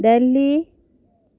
Delhi